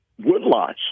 woodlots